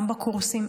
גם בקורסים,